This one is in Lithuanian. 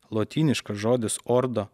lotyniškas žodis ordo